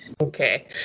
okay